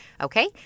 Okay